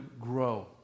grow